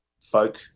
folk